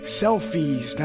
selfies